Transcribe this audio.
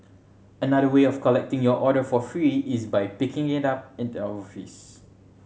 another way of collecting your order for free is by picking it up at the office